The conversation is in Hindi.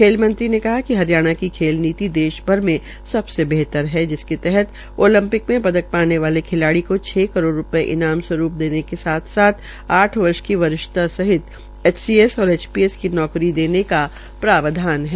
खेल मंत्री ने कहा कि हरियाणा की खेल नीति देश भर में सबसे बेहतर हे जिसके तहत ओलंपिक में पदक पाने वाली खिलाड़ी केा छ करोड़ रूपये ईनाम स्वरूप देने के साथ साथ आठ वर्ष की वरिष्ठता सहित एचसीएस और एचपीएस की नौकरी देने का प्रावधान है